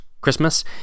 Christmas